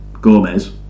Gomez